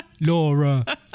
Laura